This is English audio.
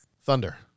Thunder